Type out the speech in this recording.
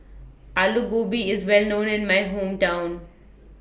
Alu Gobi IS Well known in My Hometown